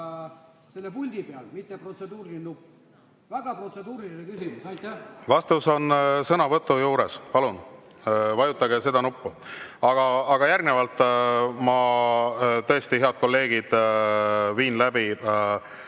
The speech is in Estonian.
on: sõnavõtu juures. Palun vajutage nuppu. Aga järgnevalt ma tõesti, head kolleegid, viin läbi